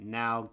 now